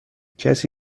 کسی